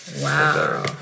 Wow